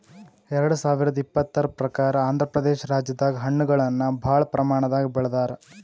ಎರಡ ಸಾವಿರದ್ ಇಪ್ಪತರ್ ಪ್ರಕಾರ್ ಆಂಧ್ರಪ್ರದೇಶ ರಾಜ್ಯದಾಗ್ ಹಣ್ಣಗಳನ್ನ್ ಭಾಳ್ ಪ್ರಮಾಣದಾಗ್ ಬೆಳದಾರ್